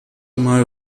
mal